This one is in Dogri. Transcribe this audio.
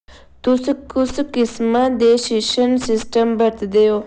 तुस कुस किस्मा दे शिशन सिस्टम बरतदे ओ